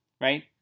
right